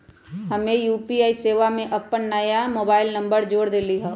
हम्मे यू.पी.आई सेवा में अपन नया मोबाइल नंबर जोड़ देलीयी